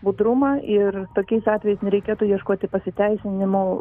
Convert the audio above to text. budrumą ir tokiais atvejais nereikėtų ieškoti pasiteisinimo